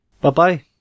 Bye-bye